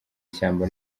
ishyamba